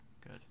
good